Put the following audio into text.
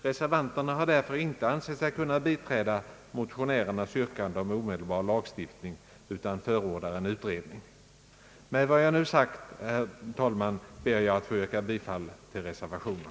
Reservanterna har därför inte ansett sig kunna biträda motionärernas yrkande om omedelbar lagstiftning, utan vi förordar en utredning. Med det anförda ber jag, herr talman, att få yrka bifall till reservationen.